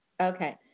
Okay